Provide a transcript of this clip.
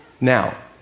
Now